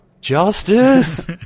Justice